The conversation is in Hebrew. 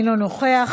אינו נוכח,